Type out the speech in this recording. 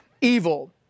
evil